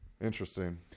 interesting